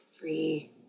Free